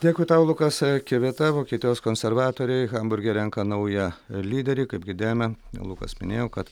dėkui tau lukas kivita vokietijos konservatoriai hamburge renka naują lyderį kaip girdėjome lukas minėjo kad